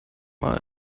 mal